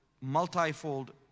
multifold